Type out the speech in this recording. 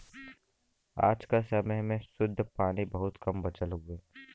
आज क समय में शुद्ध पानी बहुत कम बचल हउवे